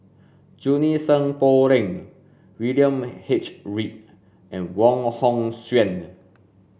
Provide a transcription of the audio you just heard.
Junie Sng Poh Leng William H Read and Wong Hong Suen